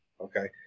Okay